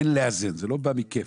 ולא מכפל.